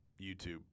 YouTube